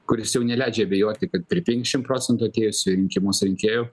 kuris jau neleidžia abejoti kad per penkiasdešim procentų atėjusių į rinkimus rinkėjų